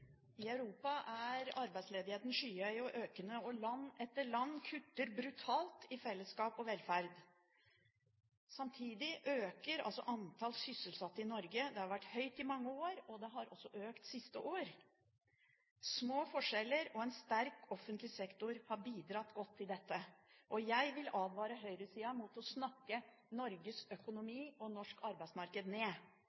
velferd. Samtidig har antall sysselsatte i Norge vært høyt i mange år, og det har også økt siste år. Små forskjeller og en sterk offentlig sektor har bidratt godt til dette. Jeg vil advare høyresida mot å snakke Norges økonomi